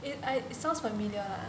it I it sounds familiar